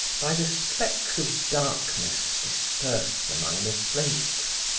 by the specks of darkness dispersed among the flakes.